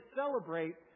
celebrate